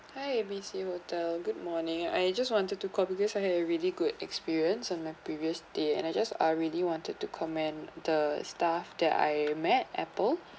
hi A B C hotel good morning I just wanted to call because I had a really good experience on my previous stay and I just are really wanted to comment the staff that I met apple